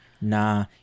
nah